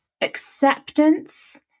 acceptance